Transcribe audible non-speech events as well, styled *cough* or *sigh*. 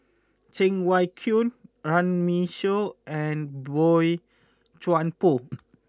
Cheng Wai Keung Runme Shaw and Boey Chuan Poh *noise*